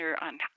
on